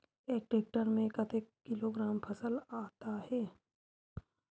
एक टेक्टर में कतेक किलोग्राम फसल आता है?